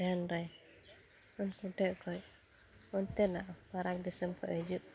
ᱛᱮᱦᱮᱱᱨᱮ ᱩᱱᱠᱩ ᱴᱷᱮᱡ ᱠᱷᱚᱡ ᱚᱱᱛᱮᱱᱟᱜ ᱢᱟᱨᱟᱝ ᱫᱤᱥᱚᱢ ᱠᱷᱚᱡ ᱦᱤᱡᱩᱜ